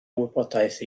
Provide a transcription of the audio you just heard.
wybodaeth